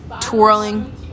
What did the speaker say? twirling